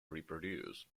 reproduce